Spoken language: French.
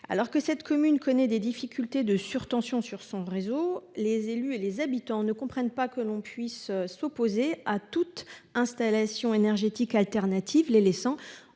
Alors que cette commune connaît des difficultés de surtension sur son réseau, les élus et les habitants ne comprennent pas que l’on puisse s’opposer à toute installation énergétique alternative, les laissant